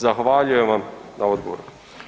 Zahvaljujem vam na odgovoru.